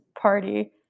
Party